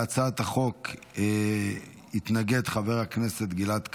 להצעת החוק התנגד חבר הכנסת גלעד קריב.